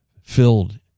filled